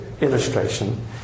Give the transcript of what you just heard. illustration